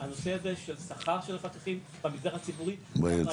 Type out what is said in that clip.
הנושא הזה של שכר של פקחים במגזר הציבורי הוא בעיה